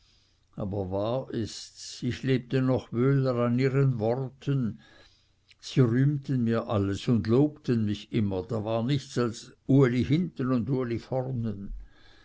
aber wahr ists ich lebte noch wöhler an ihren worten sie rühmten mir alles und lobten mich immer da war nichts als uli hinten und uli vornen